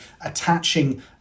attaching